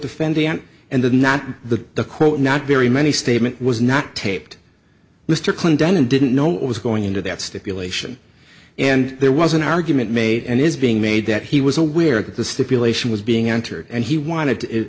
defendant and the not the the court not very many statement was not taped mr clinton didn't know what was going into that stipulation and there was an argument made and is being made that he was aware that the stipulation was being entered and he wanted